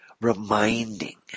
reminding